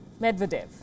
Medvedev